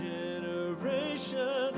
generation